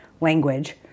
language